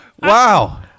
Wow